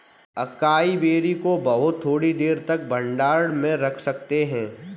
acai berry को बहुत थोड़ी देर तक भंडारण में रख सकते हैं